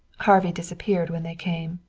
harvey disappeared when they came.